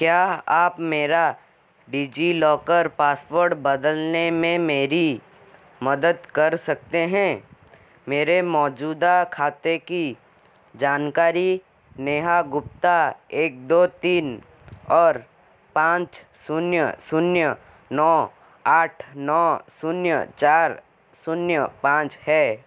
क्या आप मेरा डिजिलॉकर पासवर्ड बदलने में मेरी मदद कर सकते हैं मेरे मौजूदा खाते की जानकारी नेहा गुप्ता एक दो तीन और पाँच शून्य शून्य नौ आठ नौ शून्य चार शून्य पाँच है